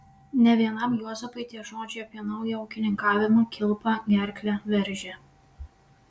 ne vienam juozapui tie žodžiai apie naują ūkininkavimą kilpa gerklę veržė